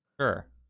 Sure